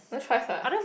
no choice [what]